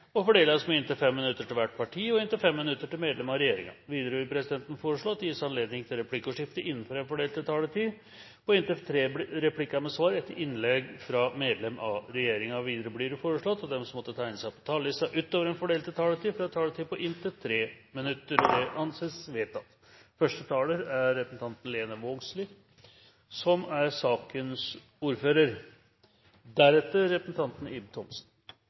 blir fordelt med inntil 5 minutt til kvart parti og inntil 5 minutt til medlem av regjeringa. Vidare vil presidenten foreslå at det blir gjeve anledning til replikkordskifte på inntil tre replikkar med svar etter innlegg frå medlem av regjeringa innanfor den fordelte taletida. Vidare blir det foreslått at dei som måtte teikne seg på talerlista utover den fordelte taletida, får ei taletid på inntil 3 minutt. – Det er å sjå på som